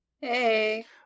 Hey